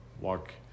walk